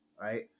right